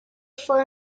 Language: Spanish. fue